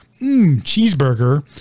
cheeseburger